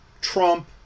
Trump